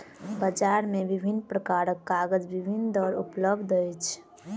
बजार मे विभिन्न प्रकारक कागज विभिन्न दर पर उपलब्ध अछि